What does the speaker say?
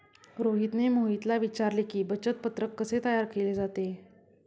रोहितने मोहितला विचारले की, बचत पत्रक कसे तयार केले जाते?